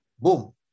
boom